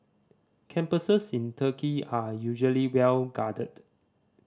campuses in Turkey are usually well guarded